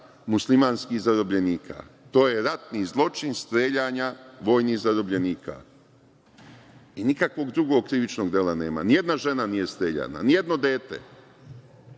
muslimanskih zarobljenika i to je ratni zločin streljanja vojnih zarobljenika i nikakvog drugog krivičnog dela nema. Nijedna žena nije streljana, nijedno dete.